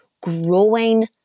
growing